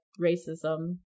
racism